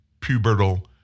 pubertal